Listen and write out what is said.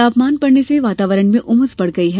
तापमान बढ़ने से वातावरण में उमस बढ़ गई है